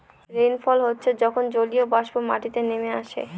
rainfall হচ্ছে যখন জলীয়বাষ্প মাটিতে নেমে আসে